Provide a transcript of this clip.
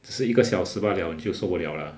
这是一个小时罢 liao 你就受不 liao ah